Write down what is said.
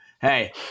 hey